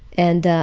and